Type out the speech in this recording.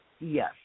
yes